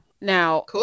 Now